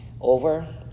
over